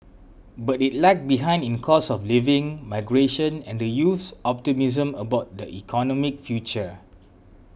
but it lagged behind in cost of living migration and the youth's optimism about their economic future